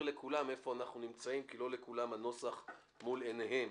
לכולם איפה אנחנו נמצאים כי לא לכולם הנוסח מול עיניהם.